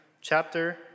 chapter